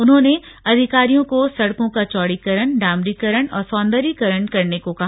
उन्होंने अधिकारियों को सड़कों का चौड़ीकरण डामरीकरण और सौंदर्यीकरण करने को कहा